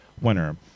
winner